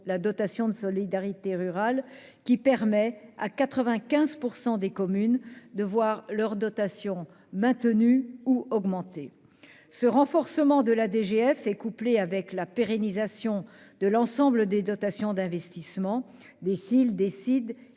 la dotation de solidarité rurale (DSR). Cela permet à 95 % des communes de voir leurs dotations maintenues ou augmentées. Ce renforcement de la DGF est couplé à la pérennisation de l'ensemble des dotations d'investissement- dotation de soutien à